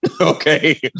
Okay